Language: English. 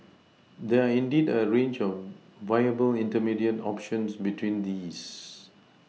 there are indeed a range of viable intermediate options between these